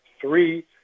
three